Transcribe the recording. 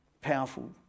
Powerful